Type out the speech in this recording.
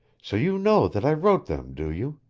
so you know that i wrote them, do you?